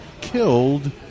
killed